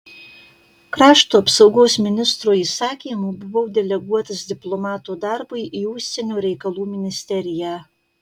krašto apsaugos ministro įsakymu buvau deleguotas diplomato darbui į užsienio reikalų ministeriją